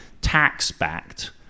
tax-backed